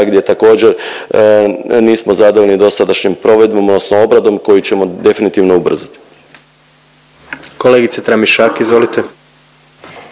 gdje također nismo zadovoljni dosadašnjom provedbom odnosno obradom koju ćemo definitivno ubrzati. **Jandroković,